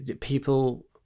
people